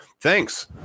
thanks